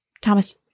Thomas